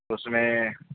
اس میں